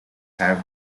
have